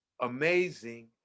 amazing